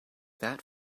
that